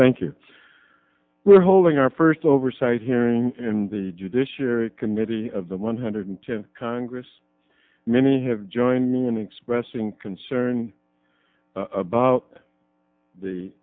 thank you we're holding our first oversight hearing in the judiciary committee of the one hundred tenth congress many have joined me in expressing concern about the